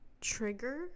trigger